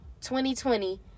2020